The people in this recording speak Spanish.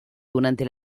durante